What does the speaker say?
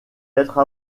être